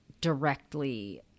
directly